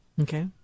Okay